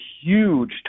huge